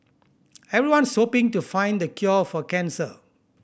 everyone's hoping to find the cure for cancer